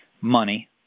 Money